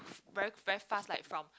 very very fast like from